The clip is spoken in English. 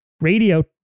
radio